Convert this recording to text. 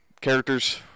characters